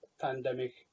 pandemic